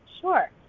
Sure